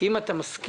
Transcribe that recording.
אם אתה מסכים,